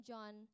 John